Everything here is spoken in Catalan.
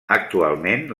actualment